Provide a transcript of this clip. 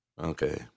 Okay